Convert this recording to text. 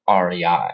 REI